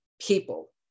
people